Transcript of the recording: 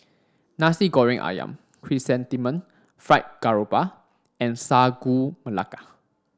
Nasi Goreng Ayam Chrysanthemum Fried Garoupa and Sagu Melaka